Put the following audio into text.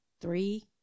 three